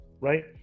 right